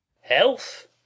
Health